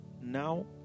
now